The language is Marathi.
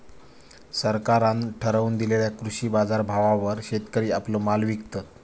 सरकारान ठरवून दिलेल्या कृषी बाजारभावावर शेतकरी आपलो माल विकतत